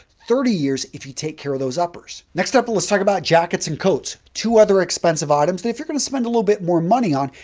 thirty years if you take care of those uppers. next up, let's talk about jackets and coats. two other expensive items that if you're going to spend a little bit more money on,